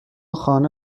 خانه